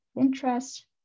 interest